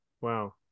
Wow